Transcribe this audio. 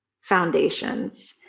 foundations